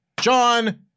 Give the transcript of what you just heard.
John